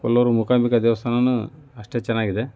ಕೊಲ್ಲೂರು ಮೂಕಾಂಬಿಕಾ ದೇವಸ್ಥಾನವೂ ಅಷ್ಟೇ ಚೆನ್ನಾಗಿದೆ